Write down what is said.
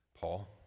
Paul